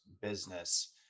business